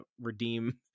redeem